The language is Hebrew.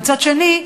ומצד שני,